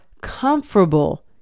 comfortable